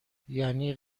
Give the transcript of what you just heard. یعنی